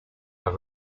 are